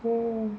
mm